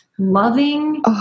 loving